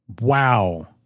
Wow